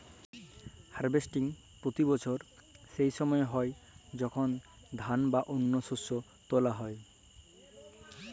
harvesting পতি বসর সে সময় হ্যয় যখল ধাল বা অল্য শস্য তুলা হ্যয়